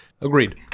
Agreed